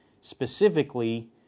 specifically